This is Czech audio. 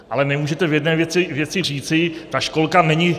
Ale nemůžete v jedné věci říci, ta školka není...